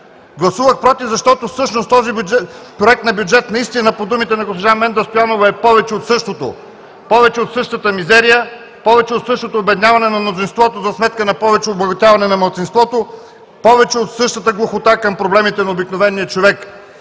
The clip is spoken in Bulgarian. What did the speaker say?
Гласувах „против“, защото всъщност този проект на бюджет наистина по думите на госпожа Менда Стоянова е „повече от същото“ – повече от същата мизерия, повече от същото обедняване на мнозинството за сметка на повече обогатяване на малцинството, повече от същата глухота към проблемите на обикновения човек.